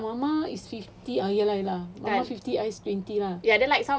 tak seventy dah mama is fifty ah ye lah ye lah mama fifty I twenty lah